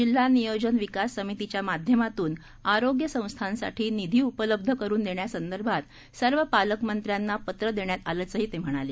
जिल्हा नियोजन विकास समितीच्या माध्यमातून आरोग्यसंस्थांसाठी निधी उपलब्ध करुन देण्यासंदर्भात सर्व पालकमंत्र्यांना पत्र देण्यात आल्याचंही ते म्हणाले